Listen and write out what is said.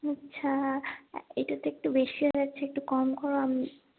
আচ্ছা এটা তো একটু বেশি হয়ে যাচ্ছে একটু কম করো